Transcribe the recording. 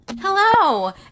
Hello